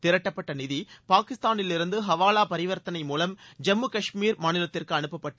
திரட்டப்பட்ட நிதி பாகிஸ்தானிலிருந்து ஹவாவா பரிவர்த்தனை மூலம் ஜம்மு காஷ்மீர் மாநிலத்திற்கு அனுப்பப்பட்டு